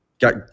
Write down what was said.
Got